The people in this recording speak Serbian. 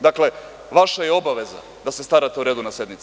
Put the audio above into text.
Dakle, vaša je obaveza da se starate o redu na sednici.